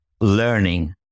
learning